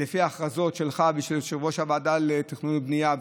לפי ההכרזות שלך ושל יושב-ראש הוועדה לתכנון ובנייה,